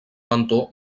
mentó